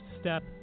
step